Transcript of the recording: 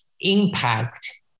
impact